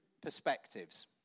perspectives